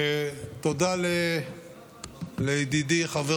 תודה לידידי חבר